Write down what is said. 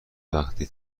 وقتی